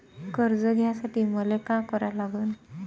कर्ज घ्यासाठी मले का करा लागन?